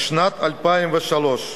משנת 2003,